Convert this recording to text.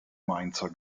mainzer